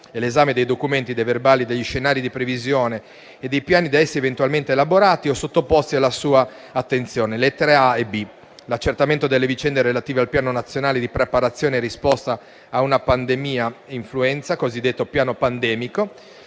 l'esame dei documenti, dei verbali, degli scenari di previsione e dei piani da esso eventualmente elaborati o sottoposti alla sua attenzione: lettere *a)* e *b)*; l'accertamento delle vicende relative al piano nazionale di preparazione e risposta a una pandemia da influenza (cosiddetto piano pandemico),